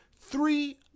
Three